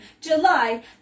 July